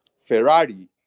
Ferrari